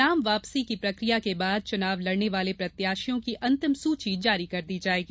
नाम वापसी की प्रक्रिया के बाद चुनाव लड़ने वाले प्रत्याशियों की अन्तिम सूची जारी कर दी जायेगी